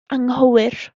anghywir